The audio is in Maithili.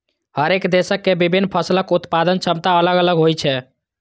हरेक देशक के विभिन्न फसलक उत्पादन क्षमता अलग अलग होइ छै